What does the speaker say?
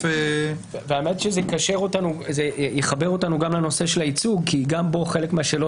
זה יחבר אותנו גם לנושא של הייצוג כי גם בו חלק מהשאלות